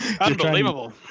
Unbelievable